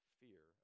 fear